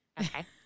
Okay